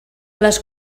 les